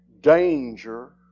danger